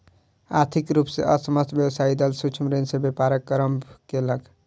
आर्थिक रूप से असमर्थ व्यवसायी दल सूक्ष्म ऋण से व्यापारक आरम्भ केलक